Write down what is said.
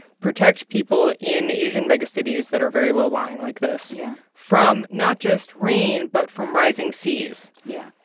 protect people in asian megacities that are very low-lying like this yeah from not just rain but from rising seas? yeah,